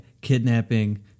kidnapping